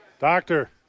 Doctor